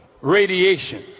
Radiation